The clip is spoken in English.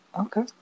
Okay